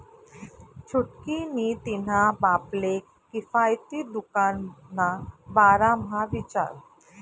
छुटकी नी तिन्हा बापले किफायती दुकान ना बारा म्हा विचार